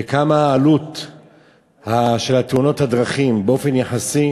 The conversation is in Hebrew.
ומה העלות של תאונות הדרכים באופן יחסי?